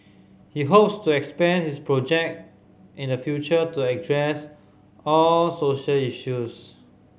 he hopes to expand his project in the future to address all social issues